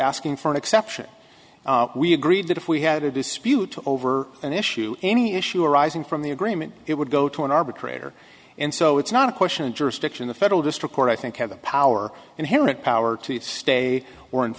asking for an exception we agreed that if we had a dispute over an issue any issue arising from the agreement it would go to an arbitrator and so it's not a question of jurisdiction the federal district court i think has the power inherent power to stay